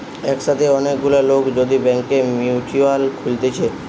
একসাথে অনেক গুলা লোক যদি ব্যাংকে মিউচুয়াল খুলতিছে